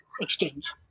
exchange